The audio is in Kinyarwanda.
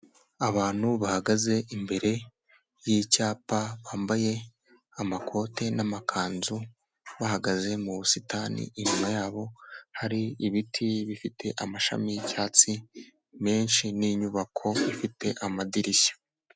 Abantu bahagaze imbere y'icyapa bambaye amakoti n'amakanzu bahagaze mu busitani, inyuma yabo hari ibiti bifite amashami y'icyatsi menshi n'inyubako ifite amadirishya.